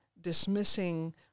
dismissing